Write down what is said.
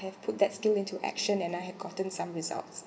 have put that skill into action and I have gotten some results